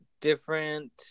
different